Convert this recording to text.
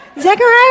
Zechariah